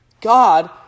God